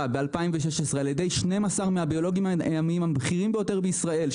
ב-2016 על ידי 12 מן הביולוגים הימיים הבכירים ביותר בישראל,